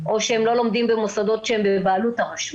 או שלא לומדים במוסדות שהם בבעלות הרשות.